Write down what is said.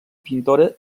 pintora